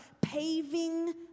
paving